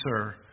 sir